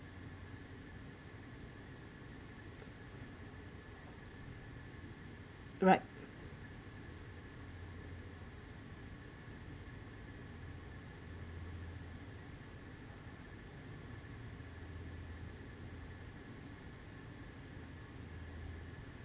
right